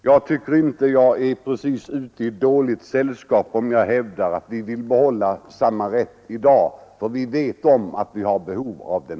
Jag tycker inte att jag precis är i dåligt Ny regeringsform sällskap om jag hävdar att vi vill behålla samma rätt i dag när vi vet att vi har behov av den.